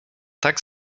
tak